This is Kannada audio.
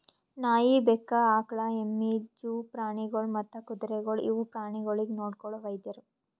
ನಾಯಿ, ಬೆಕ್ಕ, ಆಕುಳ, ಎಮ್ಮಿ, ಜೂ ಪ್ರಾಣಿಗೊಳ್ ಮತ್ತ್ ಕುದುರೆಗೊಳ್ ಇವು ಪ್ರಾಣಿಗೊಳಿಗ್ ನೊಡ್ಕೊಳೋ ವೈದ್ಯರು